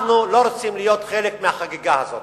אנחנו לא רוצים להיות חלק מהחגיגה הזאת.